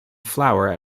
flower